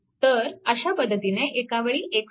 तर अशा पद्धतीने एकावेळी एक सोर्स